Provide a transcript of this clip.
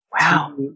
Wow